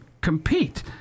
compete